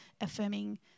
affirming